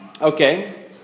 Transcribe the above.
okay